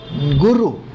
Guru